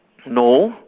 no